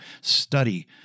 study